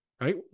right